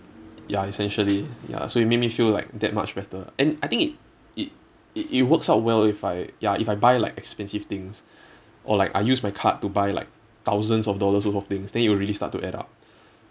ya essentially ya so it made me feel like that much better and I think it it it it works out well if I ya if I buy like expensive things or like I use my card to buy like thousands of dollars worth of things then it'll really start to add up